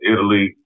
Italy